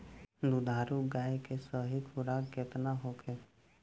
दुधारू गाय के सही खुराक केतना होखे?